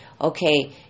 okay